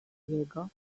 jego